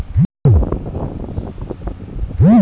मंडी में नमूना लेने के औज़ार को क्या कहते हैं?